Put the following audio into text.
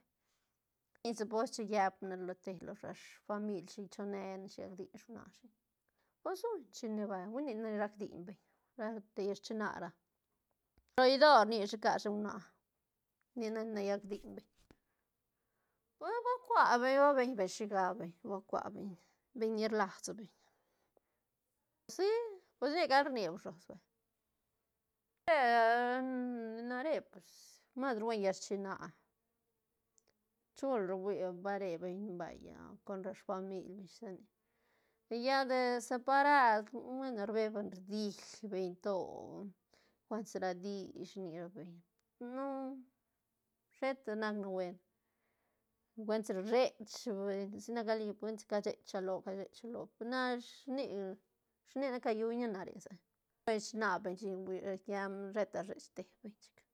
cos shi llepne lo te ra famil shi chone ne shi gac diñ shuana shi pos suñ shine vay hui nic ne rac diñ beñ ra te llal rchina ra, ro idoö nishi cashi huana ni ne ca llac diñ beñ pue ba cua beñ ba ben beñ shigab beñ va cua beñ-beñ ni rlas beñ, si pues sigac rni bshos vay nare pues mas ru buen llal rchina chul ru hui ba re beñ vaya con ra famiil ish shisa nic lla de separad bueno rbe beñ rdil beñ to cuantis ra dich rni ra beñ no sheta nac ne buen cuentis rchech beñ sinaca li cuentis ca chech alo ca chech alo pena shinic- shinic ne ca lluna na re sen uich china beñ chin sheta rchech te beñ chic.